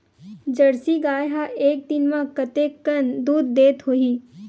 Jersey गाय ह एक दिन म कतेकन दूध देत होही?